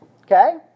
Okay